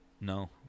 No